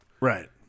Right